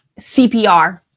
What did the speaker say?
CPR